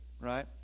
right